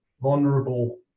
vulnerable